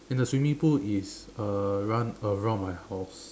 and the swimming pool is uh run around my house